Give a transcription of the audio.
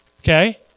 Okay